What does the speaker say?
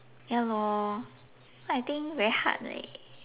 ya lor so I think very hard leh